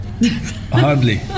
Hardly